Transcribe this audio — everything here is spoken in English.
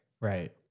right